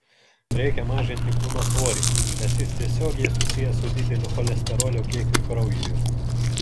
reikia mažinti kūno svorį nes jis tiesiogiai susijęs su dideliu cholesterolio kiekiu kraujuje